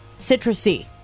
Citrusy